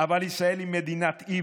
אבל ישראל היא מדינת אי,